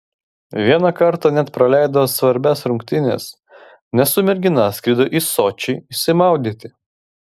vieną kartą net praleido svarbias rungtynes nes su mergina skrido į sočį išsimaudyti